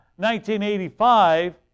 1985